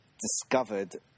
discovered